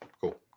Cool